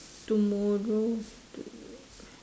tomorrow tomorrow